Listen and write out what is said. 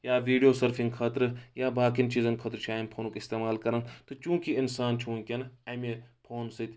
یا یا video surfing خٲطرٕ یا باقین چیٖزَن خٲطرٕ چھُ امہِ فونُک اِستعمال کران تہٕ چوٗنٛکہِ اِنسان چھُ وٕنکیٚن اَمہِ فون سۭتۍ